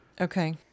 okay